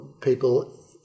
people